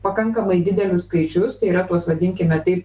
pakankamai didelius skaičius tai yra pasodinkime taip